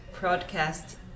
broadcast